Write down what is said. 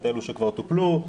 את אלה שכבר טופלו.